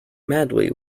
madly